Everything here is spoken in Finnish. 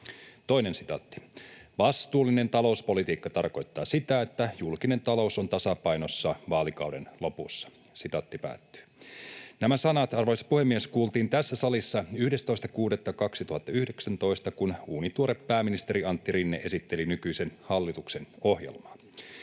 Toinen sitaatti: ”Vastuullinen talouspolitiikka tarkoittaa sitä, että julkinen talous on tasapainossa vaalikauden lopussa.” Nämä sanat, arvoisa puhemies, kuultiin tässä salissa 11.6.2019, kun uunituore pääministeri Antti Rinne esitteli nykyisen hallituksen ohjelmaa.